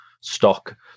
stock